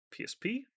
psp